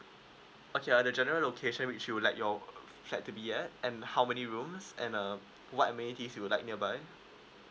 okay uh the general location which you would like your flat to be at and how many rooms and uh what amenities you would like nearby